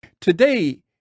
Today